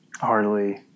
hardly